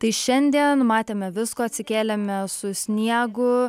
tai šiandien matėme visko atsikėlėme su sniegu